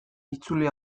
itzuli